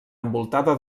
envoltada